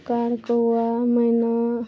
car कौआ मैना